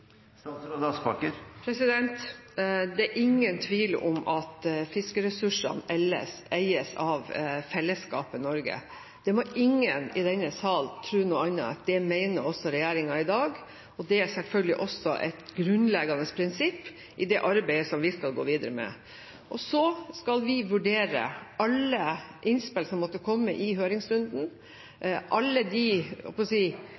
Det er ingen tvil om at fiskeressursene eies av fellesskapet i Norge. Ingen i denne sal må tro noe annet enn at det mener regjeringen også i dag. Det er selvfølgelig også et grunnleggende prinsipp i det arbeidet som vi skal gå videre med. Så skal vi vurdere alle innspill som måtte komme i høringsrunden, alle de